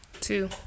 Two